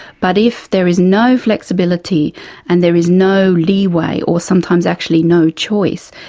but if there is no flexibility and there is no leeway or sometimes actually no choice,